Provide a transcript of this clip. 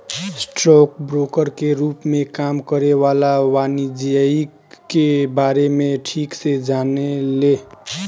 stock broker के रूप में काम करे वाला वाणिज्यिक के बारे में ठीक से जाने ले